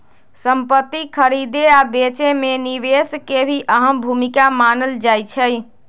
संपति खरीदे आ बेचे मे निवेश के भी अहम भूमिका मानल जाई छई